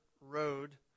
road